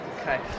Okay